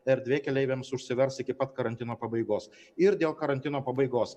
erdvė keleiviams užsivers iki pat karantino pabaigos ir dėl karantino pabaigos